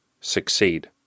succeed